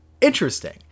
interesting